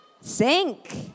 Sink